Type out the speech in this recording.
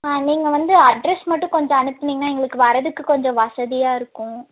ஆ நீங்கள் வந்து அட்ரெஸ் மட்டும் கொஞ்சம் அனுப்புனிங்கன்னா எங்களுக்கு வரதுக்கு கொஞ்சம் வசதியாக இருக்கும்